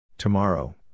Tomorrow